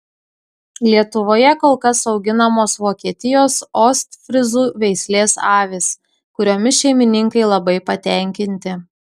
lietuvoje kol kas auginamos vokietijos ostfryzų veislės avys kuriomis šeimininkai labai patenkinti